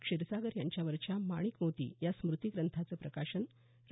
क्षीरसागर यांच्यावरच्या माणिक मोती या स्मृती ग्रंथाचं प्रकाशन रा